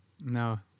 No